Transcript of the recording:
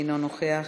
אינו נוכח,